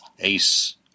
Ace